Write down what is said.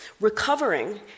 recovering